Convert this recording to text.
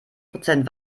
prozent